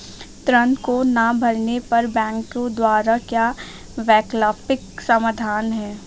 ऋण को ना भरने पर बैंकों द्वारा क्या वैकल्पिक समाधान हैं?